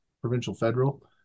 provincial-federal